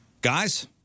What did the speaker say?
Guys